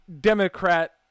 Democrat